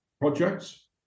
projects